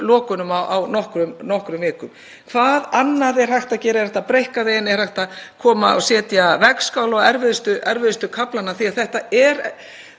er leið sem er mjög fjölfarin, er í þjónustuflokki eitt og ætti eiginlega að vera í stjörnuþjónustuflokki ef það væri einhver slíkur þjónustuflokkur til.